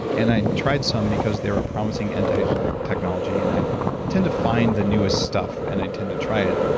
and i tried some because they were a promising antiaging technology. and i tend to find the newest stuff, and i tend to try it.